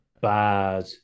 bad